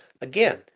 again